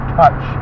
touch